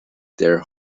their